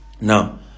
Now